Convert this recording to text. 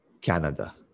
Canada